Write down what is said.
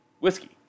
whiskey